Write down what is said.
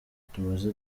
tumaze